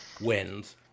wins